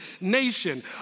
nation